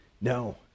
No